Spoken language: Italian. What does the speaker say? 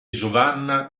giovanna